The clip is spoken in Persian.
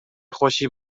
خوشی